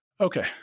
okay